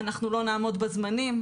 אנחנו לא נעמוד בזמנים,